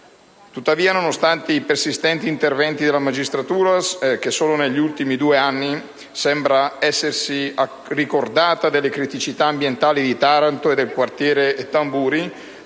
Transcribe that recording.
Tuttavia, nonostante i persistenti interventi della magistratura, che solo negli ultimi due anni sembra essersi ricordata delle criticità ambientali di Taranto e del quartiere Tamburi,